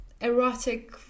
erotic